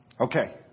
Okay